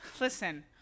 listen